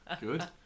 Good